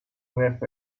with